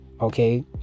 Okay